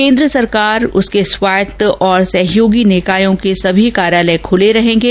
केंद्र सरकार उसके स्वायत्त और सहयोगी निकायों के सभी कार्यालय खुले रहेंगे